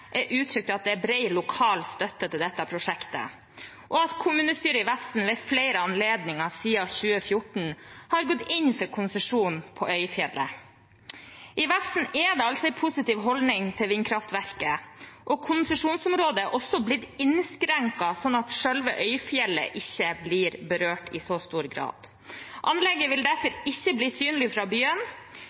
uttrykt at det er bred lokal støtte til dette prosjektet, og at kommunestyret i Vefsn ved flere anledninger siden 2014 har gått inn for konsesjon på Øyfjellet. I Vefsn er det altså en positiv holdning til vindkraftverket, og konsesjonsområdet har også blitt innskrenket, sånn at selve Øyfjellet ikke blir berørt i så stor grad. Anlegget vil derfor ikke bli synlig fra byen.